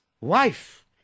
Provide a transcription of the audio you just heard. Wife